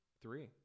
three